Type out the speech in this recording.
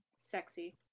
Sexy